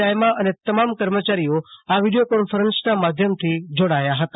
દાયમા અને તમામ કર્મયારીઓ આ વીડિયો કોન્ફરન્સના માધ્યમથી જોડાયા હતા